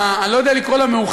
אני לא יודע אם לקרוא לה מאוחדת,